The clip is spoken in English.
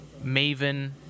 MAVEN